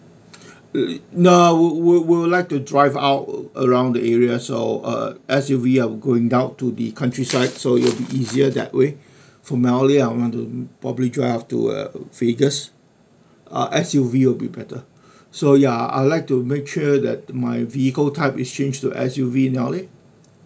no we we would like to drive out around the area so uh S_U_V going down to the countryside so it'll be easier that way from L_A I want to probably drive up to uh vegas uh S_U_V will be better so ya uh I'd like to make sure that my vehicle type is changed to S_U_V in L_A